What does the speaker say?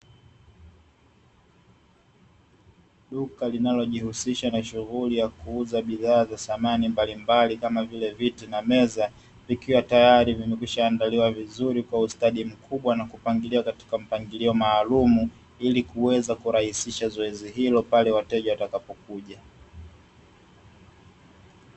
Duka linalojihusisha na shughuli ya kuuza bidhaa za samani mbalimbali kama vile viti na meza, vikiwa tayari vimekwisha andaliwa vizuri kwa ustadi mkubwa na kupangiliwa katika mpangilio maalumu ili kuweza kurahisisha zoezi hilo pale wateja watakapo kuja.